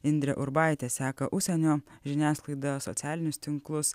indrė urbaitė seka užsienio žiniasklaidą socialinius tinklus